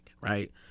right